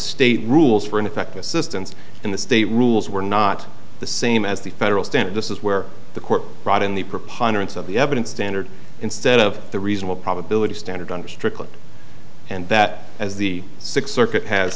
state rules for ineffective assistance in the state rules were not the same as the federal standard this is where the court brought in the preponderance of the evidence standard instead of the reasonable probability standard under strickland and that as the sixth circuit has